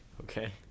Okay